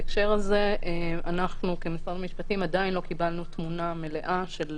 בהקשר הזה אנחנו כמשרד המשפטים עדיין לא קיבלנו תמונה מלאה של